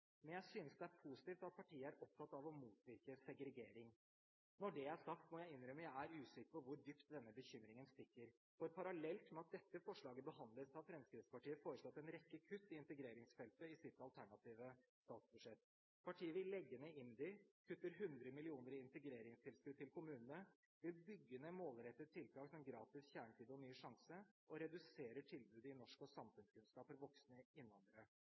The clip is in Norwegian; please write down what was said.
Men jeg synes det er positivt at partiet er opptatt av å motvirke segregering. Når det er sagt, må jeg innrømme at jeg er usikker på hvor dypt denne bekymringen stikker, for parallelt med at dette forslaget behandles, har Fremskrittspartiet foreslått en rekke kutt på integreringsfeltet i sitt alternative statsbudsjett. Partiet vil legge ned IMDI, de kutter 100 mill. kr i integreringstilskudd til kommunene, de vil bygge ned målrettede tiltak som gratis kjernetid og Ny sjanse, og de reduserer tilbudet i norsk og samfunnskunnskap for voksne